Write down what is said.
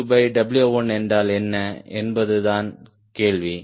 W2W1 என்றால் என்ன என்பது தான் கேள்வி